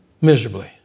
Miserably